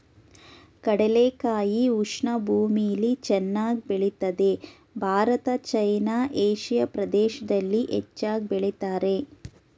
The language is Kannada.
ಕಡಲೆಕಾಯಿ ಉಷ್ಣ ಭೂಮಿಲಿ ಚೆನ್ನಾಗ್ ಬೆಳಿತದೆ ಭಾರತ ಚೈನಾ ಏಷಿಯಾ ಪ್ರದೇಶ್ದಲ್ಲಿ ಹೆಚ್ಚಾಗ್ ಬೆಳಿತಾರೆ